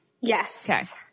yes